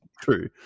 true